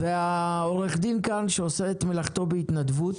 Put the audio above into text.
ועורך הדין כאן שעושה את מלאכתו בהתנדבות